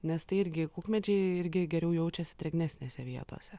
nes tai irgi kukmedžiai irgi geriau jaučiasi drėgnesnėse vietose